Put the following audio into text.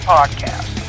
Podcast